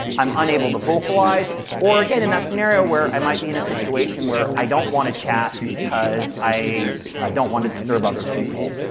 i'm unable to vocalize or, again, in that scenario where i might be in a situation where i don't want to chat because i i don't want to disturb other people,